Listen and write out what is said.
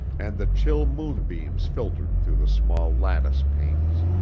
and the chill moonbeams filtered through the small lattice panes.